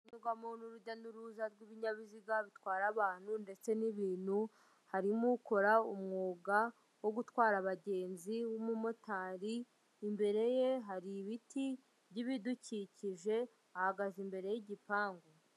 Hagendwamo n'urujya n'uruza rw'ibinyabiziga bitwara abantu ndetse n'ibintu, harimo ukora umwuga wo gutwara abagenzi w'umumotari, imbere ye hari ibiti by'ibidukikije, ahagaze imbere y'igipangu.